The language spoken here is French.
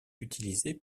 utilisée